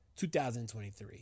2023